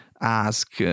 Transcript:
ask